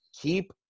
Keep